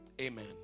Amen